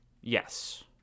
Yes